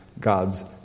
God's